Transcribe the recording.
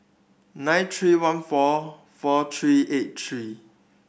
nine three one four four three eight three